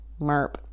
Merp